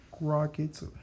Rockets